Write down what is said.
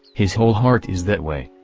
his whole heart is that way.